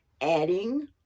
adding